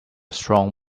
strong